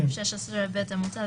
19. בסעיף 16ב המוצע,